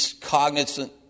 cognizant